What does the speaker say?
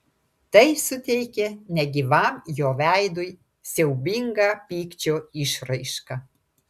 tai suteikė negyvam jo veidui siaubingą pykčio išraišką